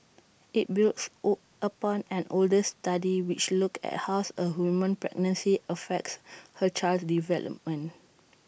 IT builds O upon an older study which looked at how A woman's pregnancy affects her child's development